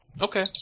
Okay